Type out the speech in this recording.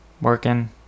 Working